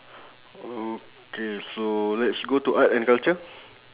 okay so let's go to art and culture